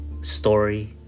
Story